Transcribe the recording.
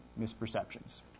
misperceptions